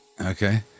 Okay